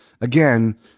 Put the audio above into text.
again